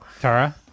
Tara